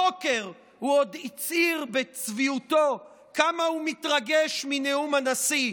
בבוקר הוא עוד הצהיר בצביעותו כמה הוא מתרגש מנאום הנשיא,